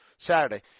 Saturday